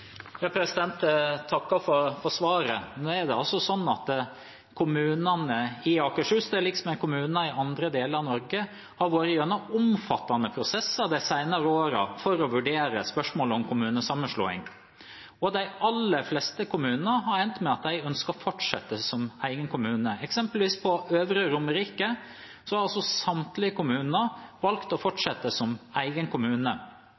Jeg takker for svaret. Nå er det altså sånn at kommunene i Akershus, til liks med kommuner i andre deler av Norge, har vært gjennom omfattende prosesser de senere årene for å vurdere spørsmålet om kommunesammenslåing. De aller fleste kommunene har endt opp med at de ønsker å fortsette som egen kommune. For eksempel har samtlige kommuner på Øvre Romerike